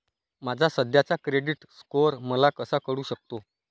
माझा सध्याचा credit score मला कसा कळू शकतो?